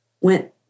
went